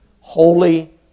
Holy